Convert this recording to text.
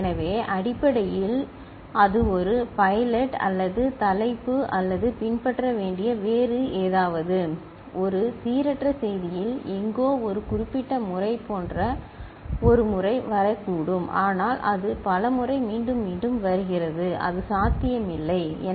எனவே அடிப்படையில் அது ஒரு பைலட் அல்லது தலைப்பு அல்லது பின்பற்ற வேண்டிய வேறு ஏதாவது ஒரு சீரற்ற செய்தியில் எங்கோ ஒரு குறிப்பிட்ட முறை போன்ற ஒரு முறை வரக்கூடும் ஆனால் அது பல முறை மீண்டும் மீண்டும் வருகிறது அது சாத்தியமில்லை அது சாத்தியமில்லை